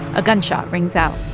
a gunshot rings out,